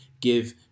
give